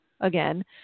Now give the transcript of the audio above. again